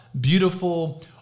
beautiful